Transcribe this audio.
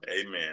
Amen